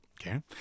okay